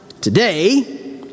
today